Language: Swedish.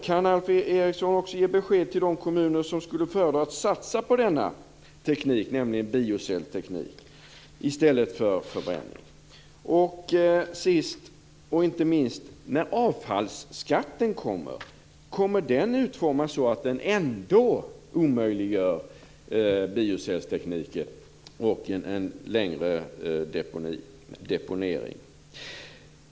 Kan Alf Eriksson också ge besked till de kommuner som skulle föredra att satsa på denna teknik, nämligen biocellteknik, i stället för förbränning? Sist men inte minst: När avfallsskatten införs, kommer den då att utformas så att den ändå omöjliggör biocelltekniken och en längre deponering?